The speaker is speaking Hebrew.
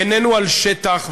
איננו על שטח,